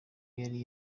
yari